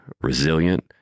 resilient